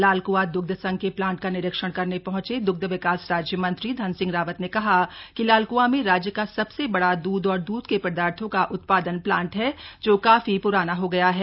लालकुआं दुग्ध संघ के प्लांट का निरीक्षण करने पहंचे दग्ध विकास राज्य मंत्री धन सिंह रावत ने कहा कि लालकआ में राज्य का सबसे बडा दुध और दुध के पदार्थों का उत्पादन प्लांट है जो काफी पुराना हो गया है